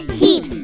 heat